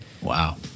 wow